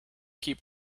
keep